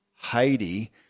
Heidi